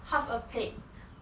half a plate